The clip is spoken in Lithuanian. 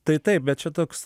tai taip bet čia toks